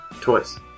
Twice